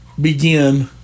begin